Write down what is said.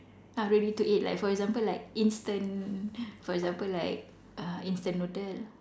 ah ready to eat like for example like instant for example like uh instant noodle